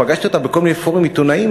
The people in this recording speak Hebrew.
פגשתי אותם בכל מיני פורומים עיתונאיים,